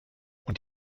und